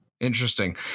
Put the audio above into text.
Interesting